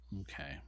Okay